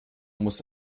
muss